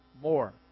more